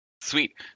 sweet